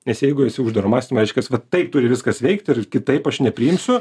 nes jeigu esi uždaro mąstymo reiškias vat taip turi viskas veikt ir kitaip aš nepriimsiu